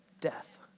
death